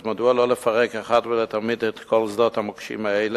אז מדוע לא לפרק אחת ולתמיד את כל שדות המוקשים האלה?